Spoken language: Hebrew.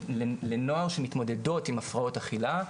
לנוער שמתמודדות עם הפרעות אכילה,